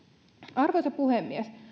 arvoisa puhemies